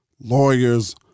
lawyers